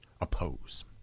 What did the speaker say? oppose